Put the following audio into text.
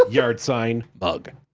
yard sign, mug.